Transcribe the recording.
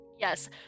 Yes